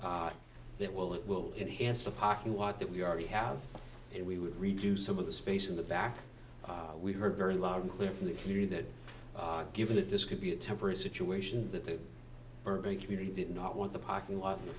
lot that will it will enhance the parking lot that we already have and we would reduce some of the space in the back we heard very loud and clear from the community that given that this could be a temporary situation that the urban community did not want the parking on the